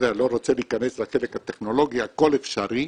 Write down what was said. אני לא רוצה להיכנס לחלק הטכנולוגי, הכול אפשרי.